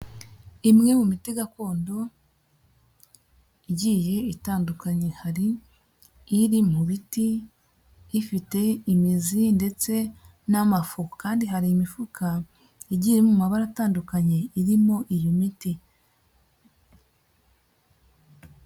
Imwe mu miti gakondo igiye itandukanye; hari iriri mu biti, ifite imizi ndetse n'amafu, kandi hari imifuka igiye mu mabara atandukanye irimo iyo miti.